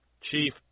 Chief